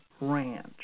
ranch